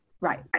Right